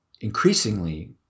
increasingly